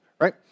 right